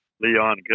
Leon